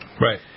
Right